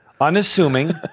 Unassuming